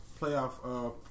playoff